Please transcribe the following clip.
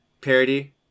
parody